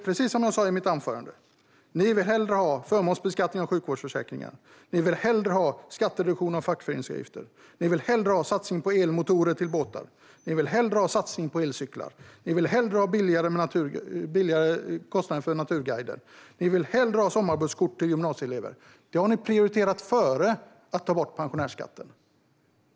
Precis som jag sa i mitt anförande vill ni hellre ha förmånsbeskattning av sjukvårdsförsäkringen, skattereduktion för fackföreningsavgifter, en satsning på elmotorer till båtar, en satsning på elcyklar, lägre kostnader för naturguider och sommarbusskort till gymnasieelever. Det har ni prioriterat före att ta bort pensionärsskatten.